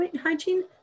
hygiene